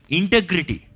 integrity